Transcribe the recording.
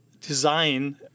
design